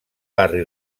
barri